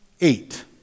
eight